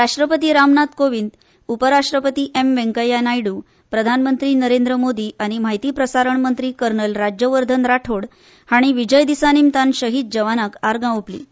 राष्ट्रपती रामनाथ कोविंद उपरराष्ट्रपती एम वेंकय्या नायडू प्रधानमंत्री नरेंद्र मोदी आनी म्हायती आनी प्रसारण मंत्री कर्नल राज्यवर्धन राठोड हांणी विजयदिसा निमतान शहीद जवानांक आर्गां ओंपलीं